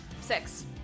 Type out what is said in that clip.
Six